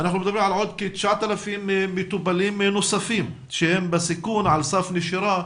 אנחנו מדברים על עוד כ-9,000 מטופלים נוספים שהם בסיכון על סף נשירה,